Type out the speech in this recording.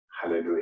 Hallelujah